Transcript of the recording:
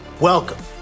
Welcome